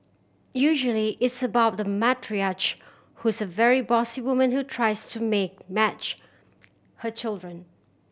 usually it's about the matriarch who's a very bossy woman who tries to make match her children